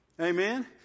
Amen